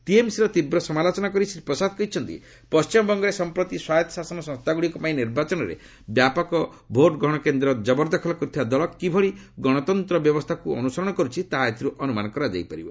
TMC ର ତୀବ୍ର ସମାଲୋଚନା କରି ଶ୍ରୀ ପ୍ରସାଦ କହିଛନ୍ତି ପଣ୍ଢିମବଙ୍ଗରେ ସମ୍ପ୍ରତି ସ୍ୱାୟତ୍ତଶାସନ ସଂସ୍ଥାଗୁଡ଼ିକ ପାଇଁ ନିର୍ବାଚନରେ ବ୍ୟାପକ ଭୋଟ ଗ୍ରହଣ କେନ୍ଦ୍ର ଜବରଦଖଲ କରିଥିବା ଦଳ କିଭଳି ଗଣତନ୍ତ୍ର ଅନୁସରଣ କରୁଛି ତାହା ଏଥିରୁ ଅନୁମାନ କରାଯାଇ ପାରିବ